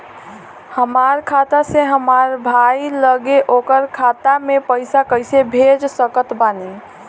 हमार खाता से हमार भाई लगे ओकर खाता मे पईसा कईसे भेज सकत बानी?